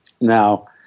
Now